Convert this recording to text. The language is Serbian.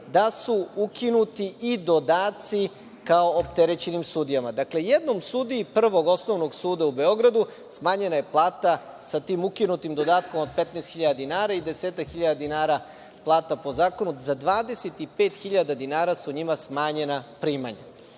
da su ukinuti i podaci kao opterećenim sudijama. Dakle, jednom sudiji Prvog osnovnog suda u Beogradu smanjena je plata sa tim ukinutim dodatkom od 15 hiljada dinara i desetak hiljada dinara plata po zakonu, za 25 hiljada dinara su njima smanjena primanja. Predlažem